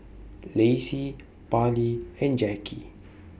Lacy Parlee and Jackie